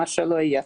מה שלא היה.